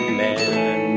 man